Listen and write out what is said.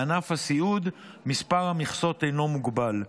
בענף הסיעוד מספר המכסות אינו מוגבל.